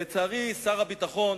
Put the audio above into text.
לצערי, שר הביטחון